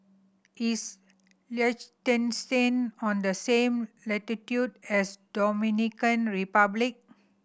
is Liechtenstein on the same latitude as Dominican Republic